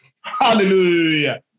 Hallelujah